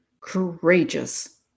courageous